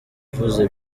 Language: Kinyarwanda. ivuze